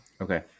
Okay